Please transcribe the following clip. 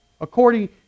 according